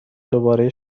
دوباره